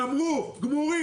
גמורים,